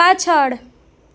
પાછળ